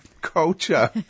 culture